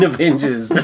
Avengers